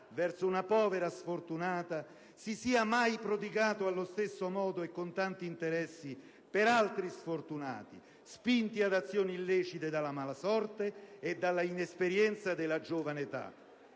verso una povera sfortunata, si sia mai prodigato allo stesso modo e con tanto interesse per altri sfortunati, spinti ad azioni illecite dalla malasorte e dalla inesperienza della giovane età.